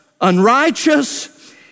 unrighteous